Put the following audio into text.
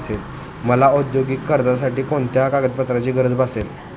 मला औद्योगिक कर्जासाठी कोणत्या कागदपत्रांची गरज भासेल?